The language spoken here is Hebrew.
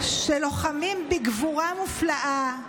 שלוחמים בגבורה מופלאה,